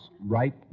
right